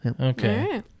Okay